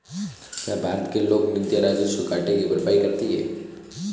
क्या भारत के लोक निधियां राजस्व घाटे की भरपाई करती हैं?